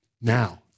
Now